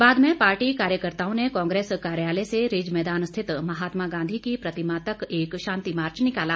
बाद में पार्टी कार्यकर्त्ताओं ने कांग्रेस कार्यालय से रिज मैदान स्थित महात्मा गांधी की प्रतिमा तक एक शांति मार्च निकाला